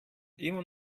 immer